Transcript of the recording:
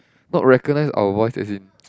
not recognise our voice as in